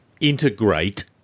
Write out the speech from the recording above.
integrate